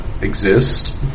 exist